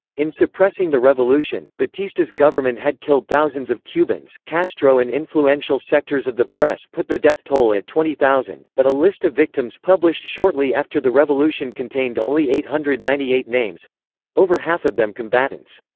in suppressing the revolution, batista's government had killed thousands of cubans castro and influential sectors of the press put the death toll at twenty thousand, but a list of victims published shortly after the revolution contained only eight hundred and ninety eight names over half of them combatants.